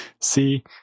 see